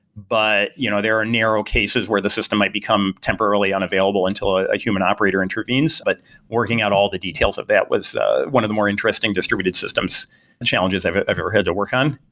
but you know there are narrow cases where the system might become temporarily unavailable until a human operator intervenes. but working out all the details of that was one of the more interesting distributed systems and challenges i've i've ever had to work on.